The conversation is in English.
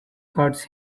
hurts